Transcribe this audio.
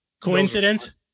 coincidence